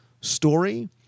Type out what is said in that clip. story